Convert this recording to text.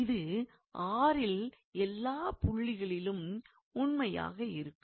இது R இல் எல்லாப் புள்ளிகளிலும் உண்மையாக இருக்கும்